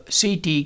CT